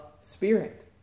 Spirit